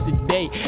today